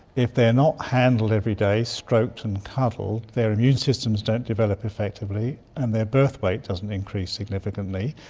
if they're not handled every day, stroked and cuddled, their immune systems don't develop effectively and their birth weight doesn't increase significantly.